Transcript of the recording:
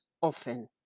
often